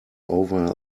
over